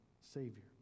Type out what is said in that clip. Savior